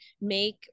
make